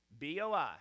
BOI